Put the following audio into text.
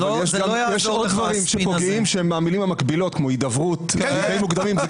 יש עוד דברים שפוגעים ואלה המילים המקבילות כמו הידברות ותנאים מוקדמים.